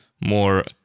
more